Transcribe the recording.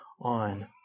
on